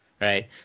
right